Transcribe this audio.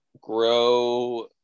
grow